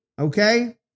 Okay